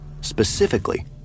specifically